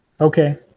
Okay